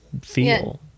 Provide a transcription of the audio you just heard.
feel